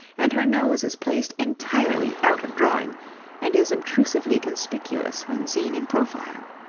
and her nose is placed entirely out of drawing and is obtrusively conspicuous when seen in profile.